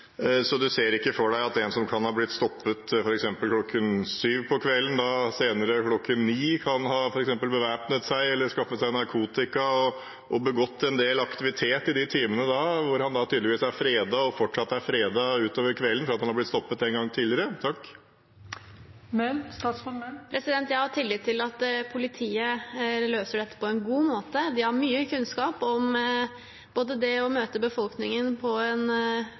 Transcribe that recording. Så statsråden ser ikke for seg at en som kan ha blitt stoppet f.eks. klokken syv på kvelden, senere, f.eks. klokken ni, kan ha f.eks. bevæpnet seg eller skaffet seg narkotika og begått en del aktivitet i de timene hvor han tydeligvis er fredet, og fortsatt er fredet utover kvelden, fordi han har blitt stoppet en gang tidligere? Jeg har tillit til at politiet løser dette på en god måte. De har mye kunnskap både om det å møte befolkningen på en